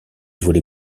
volley